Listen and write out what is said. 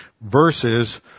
versus